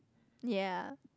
ya